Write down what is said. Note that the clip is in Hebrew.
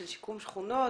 של שיקום שכונות,